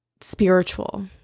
spiritual